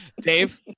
Dave